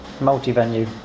multi-venue